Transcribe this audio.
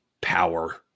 power